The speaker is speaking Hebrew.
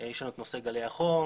יש לנו את נושא גלי החום